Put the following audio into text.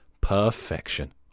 Perfection